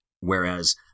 Whereas